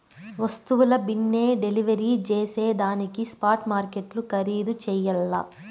వస్తువుల బిన్నే డెలివరీ జేసేదానికి స్పాట్ మార్కెట్లు ఖరీధు చెయ్యల్ల